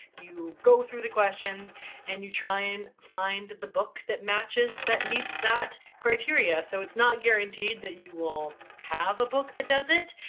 you go through the questions and you try and find the book that matches that meets that criteria. so it's not guaranteed that you will have a book that does it,